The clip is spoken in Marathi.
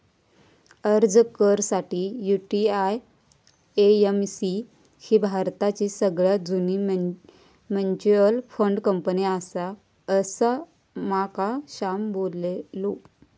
अर्ज कर साठी, यु.टी.आय.ए.एम.सी ही भारताची सगळ्यात जुनी मच्युअल फंड कंपनी आसा, असा माका श्याम बोललो